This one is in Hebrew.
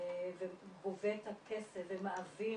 וגובה את הכסף ומעביר.